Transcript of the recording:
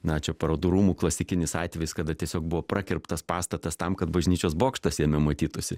na čia parodų rūmų klasikinis atvejis kada tiesiog buvo prakirptas pastatas tam kad bažnyčios bokštas jame matytųsi